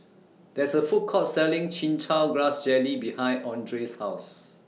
There IS A Food Court Selling Chin Chow Grass Jelly behind Andreas' House